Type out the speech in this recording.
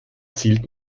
zielt